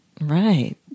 Right